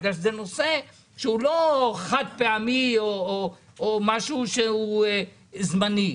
בגלל שזה נושא שהוא חד פעמי או משהו שהוא זמני,